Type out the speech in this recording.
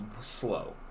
slow